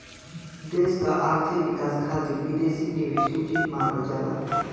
देश क आर्थिक विकास खातिर विदेशी निवेश उचित मानल जाला